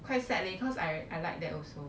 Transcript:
quite sad leh cause I I like that also